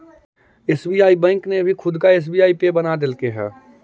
SBI bank ने भी खुद का एस.बी.आई पे बना देलकइ हे